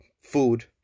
food